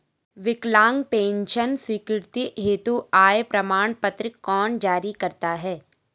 विकलांग पेंशन स्वीकृति हेतु आय प्रमाण पत्र कौन जारी करता है?